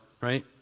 right